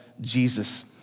jesus